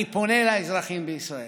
אני פונה לאזרחים בישראל: